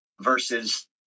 versus